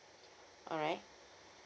alright